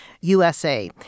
USA